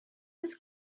this